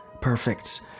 Perfect